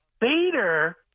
Bader